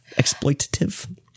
exploitative